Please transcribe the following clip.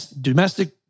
domestic